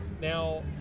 Now